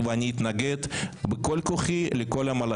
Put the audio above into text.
אני מוחה על עצם העובדה שלא קיבלנו את החומר מבעוד מועד,